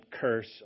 curse